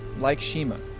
like shima,